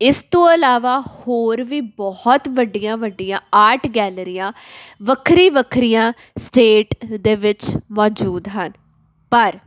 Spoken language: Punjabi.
ਇਸ ਤੋਂ ਇਲਾਵਾ ਹੋਰ ਵੀ ਬਹੁਤ ਵੱਡੀਆਂ ਵੱਡੀਆਂ ਆਰਟ ਗੈਲਰੀਆਂ ਵੱਖਰੀ ਵੱਖਰੀਆਂ ਸਟੇਟ ਦੇ ਵਿੱਚ ਮੌਜੂਦ ਹਨ ਪਰ